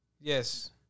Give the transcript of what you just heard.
Yes